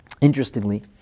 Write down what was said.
Interestingly